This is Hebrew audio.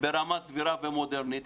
ברמה סבירה במודרניות,